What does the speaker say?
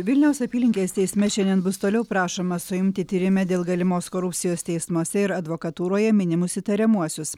vilniaus apylinkės teisme šiandien bus toliau prašoma suimti tyrime dėl galimos korupcijos teismuose ir advokatūroje minimus įtariamuosius